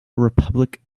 republic